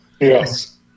yes